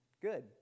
Good